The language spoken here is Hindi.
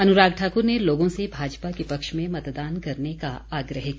अनुराग ठाकुर ने लोगों से भाजपा के पक्ष में मतदान करने का आग्रह किया